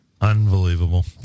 Unbelievable